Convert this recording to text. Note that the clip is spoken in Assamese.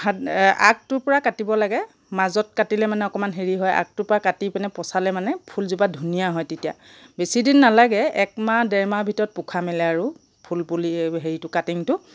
সাত আগটোৰ পৰা কাটিব লাগে মাজত কাটিলে মানে অকণমান হেৰি হয় আগটো পৰা কাটি পচালে মানে ফুলজোপা ধুনীয়া হয় তেতিয়া বেছিদিন নালাগে একমাহ ডেৰমাহৰ ভিতৰত পোখা মেলে আৰু ফুলপুলি হেৰিটো কাটিংটো